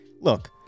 Look